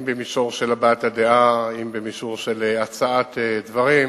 אם במישור של הבעת הדעה, אם במישור של הצעת דברים,